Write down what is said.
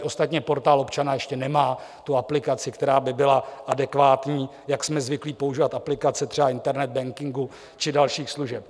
Ostatně Portál občana ještě nemá tu aplikaci, která by byla adekvátní, jak jsme zvyklí používat aplikace třeba internet bankingu či dalších služeb.